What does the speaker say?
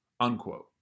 Unquote